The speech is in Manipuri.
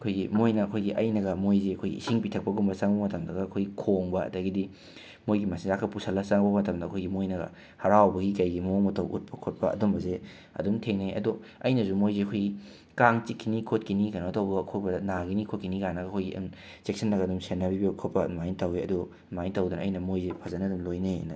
ꯑꯩꯈꯣꯏꯒꯤ ꯃꯣꯏꯅ ꯑꯩꯈꯣꯏꯒꯤ ꯑꯩꯅꯒ ꯃꯣꯏꯁꯤ ꯑꯩꯈꯣꯏꯒꯤ ꯏꯁꯤꯡ ꯄꯤꯊꯛꯄꯒꯨꯝꯕ ꯆꯪꯕ ꯃꯇꯝꯗ ꯑꯩꯈꯣꯏ ꯈꯣꯡꯕ ꯑꯗꯒꯤꯗꯤ ꯃꯣꯏꯒꯤ ꯃꯆꯤꯟꯖꯥꯛꯀ ꯄꯨꯁꯜꯂꯒ ꯆꯪꯕ ꯃꯇꯝꯗ ꯑꯩꯈꯣꯏꯒꯤ ꯃꯣꯏꯅꯒ ꯍꯔꯥꯎꯕꯒꯤ ꯀꯩꯒꯤ ꯃꯑꯣꯡ ꯃꯇꯧ ꯎꯠꯄ ꯈꯣꯠꯄ ꯑꯗꯨꯝꯕꯁꯦ ꯑꯗꯨꯝ ꯊꯦꯡꯅꯩ ꯑꯗꯣ ꯑꯩꯅꯁꯨ ꯃꯣꯏꯁꯦ ꯑꯩꯈꯣꯏꯒꯤ ꯀꯥꯡ ꯆꯤꯛꯈꯤꯅꯤ ꯈꯣꯠꯈꯤꯅꯤ ꯀꯩꯅꯣ ꯇꯧꯕ ꯈꯣꯠꯄ ꯅꯥꯒꯤꯅꯤ ꯈꯣꯠꯈꯤꯅꯤ ꯀꯥꯏꯅꯒ ꯑꯩꯈꯣꯏꯒꯤ ꯆꯦꯛꯁꯤꯟꯅꯒ ꯁꯦꯟꯅꯕꯤꯕ ꯈꯣꯠꯄ ꯑꯗꯨꯃꯥꯏꯅ ꯇꯧꯏ ꯑꯗꯣ ꯑꯗꯨꯃꯥꯏꯅ ꯇꯧꯗꯅ ꯑꯩꯅ ꯃꯣꯏꯁꯦ ꯐꯖꯅ ꯑꯗꯨꯝ ꯂꯣꯏꯅꯩꯌꯦꯅ